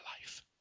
life